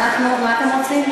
מה אתם רוצים?